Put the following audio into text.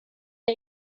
der